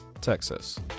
Texas